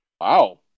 Wow